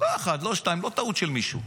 לא אחת, לא שתיים, לא טעות של מישהו.